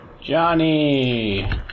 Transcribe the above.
Johnny